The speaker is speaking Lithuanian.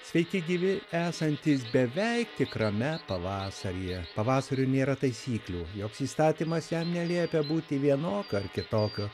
sveiki gyvi esantys beveik tikrame pavasaryje pavasariui nėra taisyklių joks įstatymas jam neliepia būti vienokiu ar kitokiu